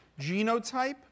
Genotype